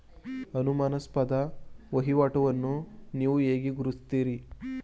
ಅನುಮಾನಾಸ್ಪದ ವಹಿವಾಟುಗಳನ್ನು ನೀವು ಹೇಗೆ ಗುರುತಿಸುತ್ತೀರಿ?